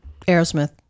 Aerosmith